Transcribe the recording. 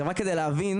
רק כדי להבין: